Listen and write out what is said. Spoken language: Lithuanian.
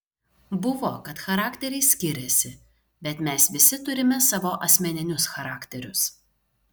buvo kad charakteriai skiriasi bet mes visi turime savo asmeninius charakterius